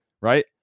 right